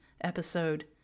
episode